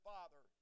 Father